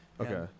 okay